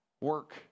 Work